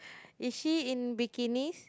is she in bikinis